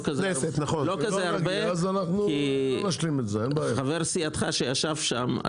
לא כזה הרבה כי חבר סיעתך שישב שם,